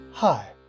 Hi